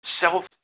self